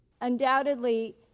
Undoubtedly